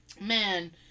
man